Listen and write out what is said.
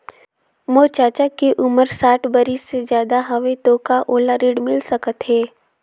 मोर चाचा के उमर साठ बरिस से ज्यादा हवे तो का ओला ऋण मिल सकत हे?